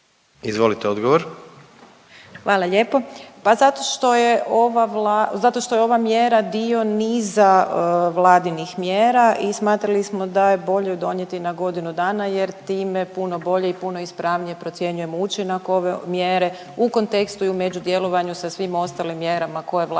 zato što je ova vla… zato što je ova mjera dio niza Vladinih mjera i smatrali smo da je bolje donijeti na godinu dana jer time puno bolje i puno ispravnije procjenjujemo učinak ove mjere u kontekstu i međudjelovanju sa svim ostalim mjerama koje je